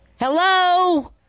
Hello